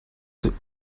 could